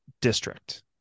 district